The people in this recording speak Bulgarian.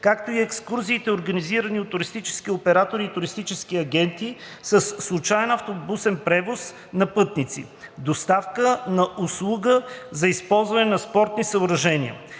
както и екскурзиите, организирани от туристически оператори и туристически агенти със случаен автобусен превоз на пътници; - доставка на услуга за използване на спортни съоръжения.